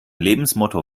lebensmotto